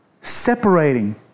Separating